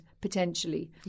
potentially